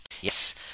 yes